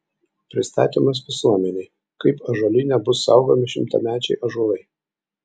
pristatymas visuomenei kaip ąžuolyne bus saugomi šimtamečiai ąžuolai